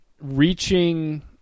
reaching